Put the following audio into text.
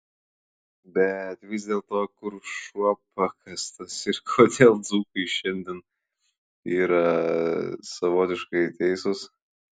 bet vis dėlto kur šuo pakastas ir kodėl dzūkai šiandien yra savotiškai teisūs